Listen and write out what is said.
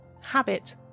habit